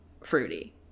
fruity